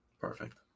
Perfect